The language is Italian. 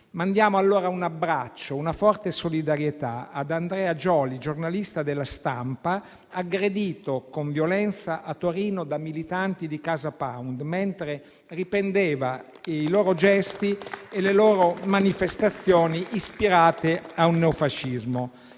Mandiamo allora un abbraccio e una forte solidarietà ad Andrea Joly, giornalista della «Stampa» aggredito con violenza a Torino da militanti di CasaPound mentre riprendeva i loro gesti e le loro manifestazioni ispirate a un neofascismo.